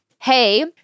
hey